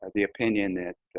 the opinion that